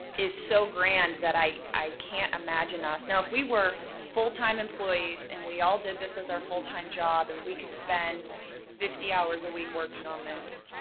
is so grand that i i can't imagine us. now, we were full time employees and we all did this as our full time job and we could spend fifty hours a week working on this,